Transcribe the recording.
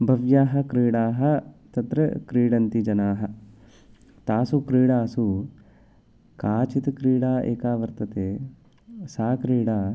भव्याः क्रीडाः तत्र क्रीडन्ति जनाः तासु क्रीडासु काचित् क्रीडा एका वर्तते सा क्रीडा